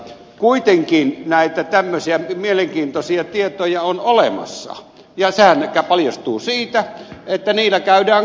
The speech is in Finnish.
kuitenkin näitä tämmöisiä mielenkiintoisia tietoja on olemassa ja sehän paljastuu siitä että niillä käydään kauppaa